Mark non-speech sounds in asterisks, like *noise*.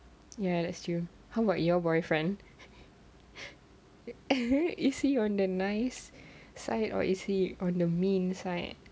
ya that's true how about your boyfriend *laughs* is he on the nice side or is he on the mean side